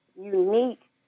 unique